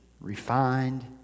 refined